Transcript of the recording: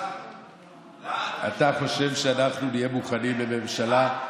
אתה חושב שאנחנו נהיה מוכנים לממשלה,